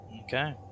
Okay